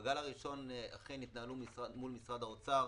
בגל הראשון אכן התנהלו מול משרד האוצר